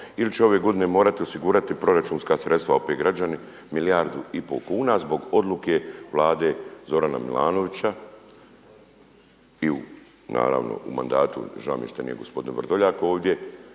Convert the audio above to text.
ili će ove godine morati osigurati proračunska opet građani milijardu i pol kuna zbog odluke Vlade Zorana Milanovića i u naravno u mandatu, žao mi je što nije gospodin Vrdoljak ovdje